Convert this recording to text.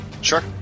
Sure